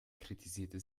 kritisierte